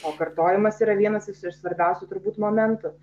o kartojimas yra vienas iš svarbiausių turbūt momentų